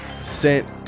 sent